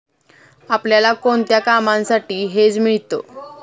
आपल्याला कोणत्या कामांसाठी हेज मिळतं?